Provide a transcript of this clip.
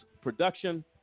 production